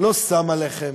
לא שם עליכם,